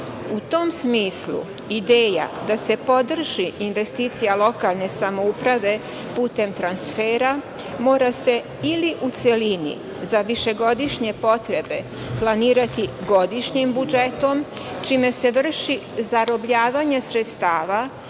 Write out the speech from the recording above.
U tom smislu ideja da se podrži investicija lokalne samouprave putem transfera mora se ili u celini za višegodišnje potrebe planirati godišnjim budžetom, čime se vrši zarobljavanje sredstava